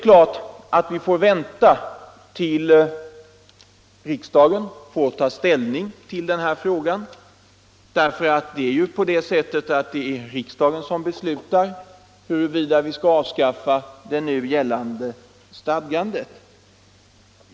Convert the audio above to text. Naturligtvis får vi vänta tills riksdagen kan ta ställning till den här frågan. Det är ju riksdagen som beslutar huruvida vi skall avskaffa det nu gällande stadgandet.